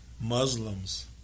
Muslims